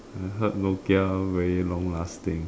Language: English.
I heard Nokia very long lasting